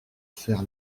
faire